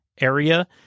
area